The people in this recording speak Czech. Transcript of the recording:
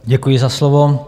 Děkuji za slovo.